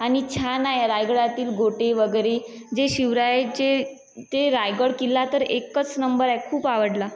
आणि छान आहे रायगडातील गोटे वगैरे जे शिवरायाचे ते रायगड किल्ला तर एकच नंबर आहे खूप आवडला